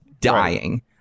dying